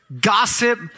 gossip